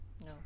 No